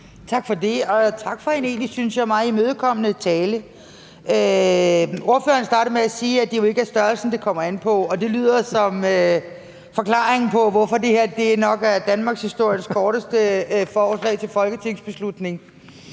Tak for det. Og tak for en, synes jeg, egentlig meget imødekommende tale. Ordføreren startede med at sige, at det jo ikke er størrelsen, det kommer an på, og det lyder som forklaringen på, hvorfor det her nok er danmarkshistoriens korteste forslag til folketingsbeslutning.